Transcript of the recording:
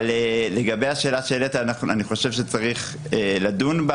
אבל בעניין השאלה שהעלית צריך לדון בה